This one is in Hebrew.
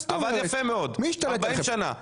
ארבעים שנים.